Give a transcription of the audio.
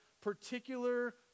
particular